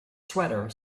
sweater